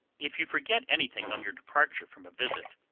if you forget anything on your departure from a visit,